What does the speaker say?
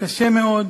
קשה מאוד,